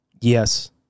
Yes